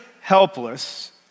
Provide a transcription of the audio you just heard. helpless